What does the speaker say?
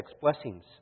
blessings